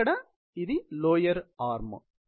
ఇది lower arm